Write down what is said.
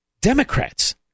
Democrats